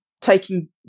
taking